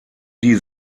die